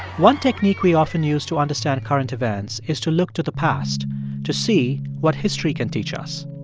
one technique we often use to understand current events is to look to the past to see what history can teach us.